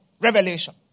revelation